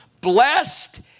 Blessed